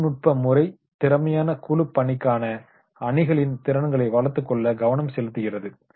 குழு நுட்ப முறை திறமையான குழு பணிக்கான அணிகளின் திறன்களை வளர்த்துக்கொள்ள கவனம் செலுத்துகிறது